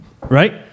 right